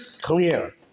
clear